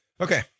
Okay